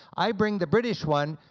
i bring the british one,